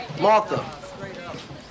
Martha